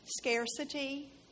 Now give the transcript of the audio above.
Scarcity